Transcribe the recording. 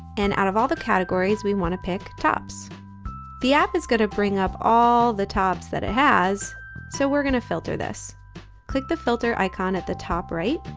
and out of all the categories we want to pick tops the app is going to bring up all the tops that it has so we're going to filter this click the filter icon at the top right